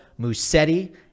Musetti